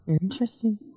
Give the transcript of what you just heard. Interesting